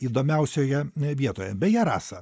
įdomiausioje vietoje beje rasa